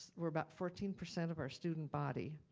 were about fourteen percent of our student body.